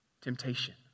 Temptation